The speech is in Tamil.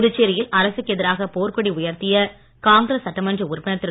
புதுச்சேரியில் அரசுக்கு எதிராகப் போர்க் கொடி உயர்த்திய காங்கிரஸ் சட்டமன்ற உறுப்பினர் திரு